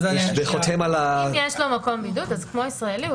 כמו ישראלי,